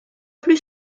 plus